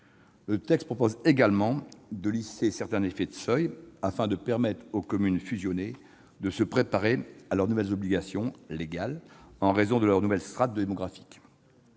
Le texte prévoit également de lisser certains effets de seuils afin de permettre aux communes fusionnées de se préparer à leurs nouvelles obligations légales en raison de leur nouvelle strate démographique.